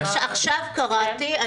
עכשיו קראתי.